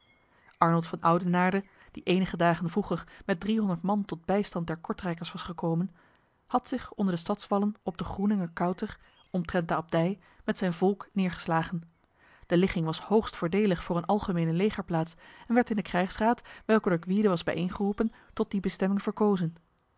arnold van oudenaarde die enige dagen vroeger met driehonderd man tot bijstand der kortrijkers was gekomen had zich onder de stadswallen op de groeningekouter omtrent de abdij met zijn volk neergeslagen de ligging was hoogst voordelig voor een algemene legerplaats en werd in de krijgsraad welke door gwyde was bijeengeroepen tot die bestemming verkozen